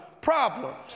problems